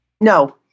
No